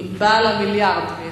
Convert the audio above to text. בעל המיליארד מאתמול.